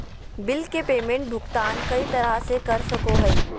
bill के payment भुगतान कई तरह से कर सको हइ